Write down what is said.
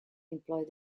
employed